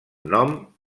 nom